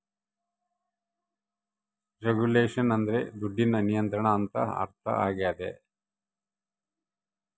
regulation ಅಂದ್ರೆ ದುಡ್ಡಿನ ನಿಯಂತ್ರಣ ಅಂತ ಅರ್ಥ ಆಗ್ಯದ